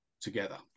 together